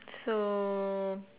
so